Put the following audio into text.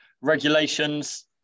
regulations